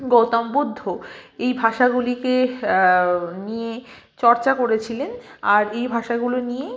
গৌতম বুদ্ধ এই ভাষাগুলিকে নিয়ে চর্চা করেছিলেন আর এই ভাষাগুলো নিয়েই